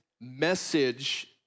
message